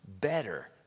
better